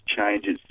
changes